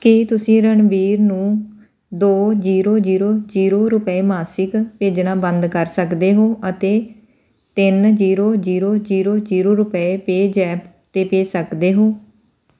ਕੀ ਤੁਸੀਂ ਰਣਬੀਰ ਨੂੰ ਦੋ ਜੀਰੋ ਜੀਰੋ ਜੀਰੋ ਰੁਪਏ ਮਾਸਿਕ ਭੇਜਣਾ ਬੰਦ ਕਰ ਸਕਦੇ ਹੋ ਅਤੇ ਤਿੰਨ ਜੀਰੋ ਜੀਰੋ ਜੀਰੋ ਜੀਰੋ ਰੁਪਏ ਪੇਜੈਪ 'ਤੇ ਭੇਜ ਸਕਦੇ ਹੋ